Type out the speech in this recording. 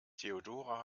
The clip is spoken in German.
theodora